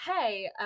hey